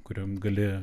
kuriam gali